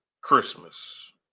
Christmas